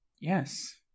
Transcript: Yes